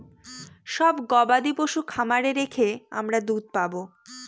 সব গবাদি পশু খামারে রেখে আমরা দুধ পাবো